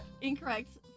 incorrect